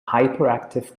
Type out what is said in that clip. hyperactive